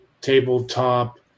tabletop